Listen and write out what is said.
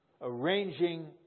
arranging